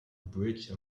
bridge